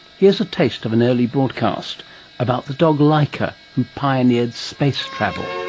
here's a taste of an early broadcast about the dog laika who pioneered space travel.